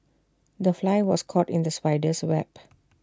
the fly was caught in the spider's web